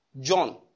John